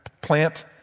Plant